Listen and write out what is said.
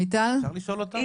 אפשר לשאול אותה?